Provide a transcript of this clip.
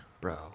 Bro